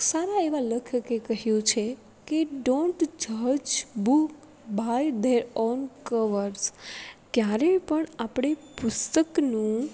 સારા એવા લેખકે કહ્યું છે કે ડોન્ટ જજ book by their own covers ક્યારેય પણ આપણે પુસ્તકનું